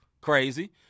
Crazy